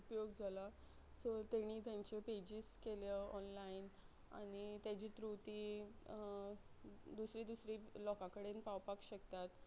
उपयोग जाला सो तेणी तेंच्यो पेजीस केल्यो ऑनलायन आनी तेजी तृती दुसरी दुसरी लोकां कडेन पावपाक शकतात